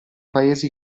paesi